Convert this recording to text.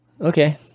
okay